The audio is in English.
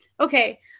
Okay